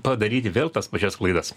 padaryti vėl tas pačias klaidas